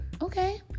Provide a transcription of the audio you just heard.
Okay